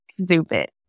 stupid